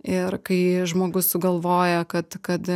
ir kai žmogus sugalvoja kad kad